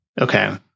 Okay